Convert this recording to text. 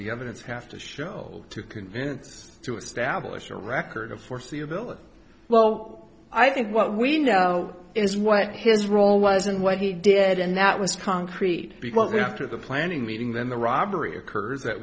the evidence have to show to convince to establish a record of foreseeability well i think what we know is what his role was and what he did and that was concrete because after the planning meeting then the robbery occurs at